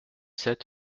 sept